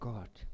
God